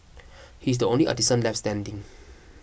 he is the only artisan left standing